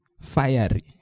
Fiery